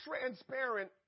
transparent